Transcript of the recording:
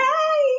Hey